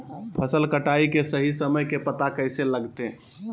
फसल कटाई के सही समय के पता कैसे लगते?